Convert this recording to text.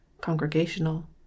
Congregational